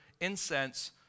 incense